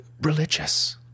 religious